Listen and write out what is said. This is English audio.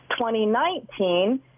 2019